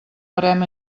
barem